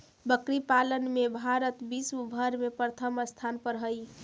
बकरी पालन में भारत विश्व भर में प्रथम स्थान पर हई